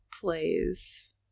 plays